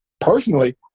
personally